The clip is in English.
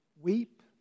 weep